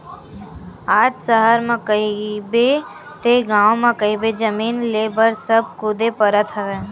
आज सहर म कहिबे ते गाँव म कहिबे जमीन लेय बर सब कुदे परत हवय